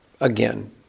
again